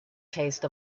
taste